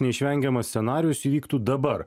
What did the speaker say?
neišvengiamas scenarijus įvyktų dabar